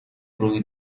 روی